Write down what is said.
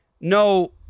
no